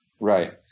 right